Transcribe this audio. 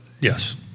yes